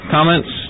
Comments